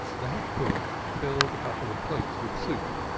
the head cook filled a couple of plates with soup,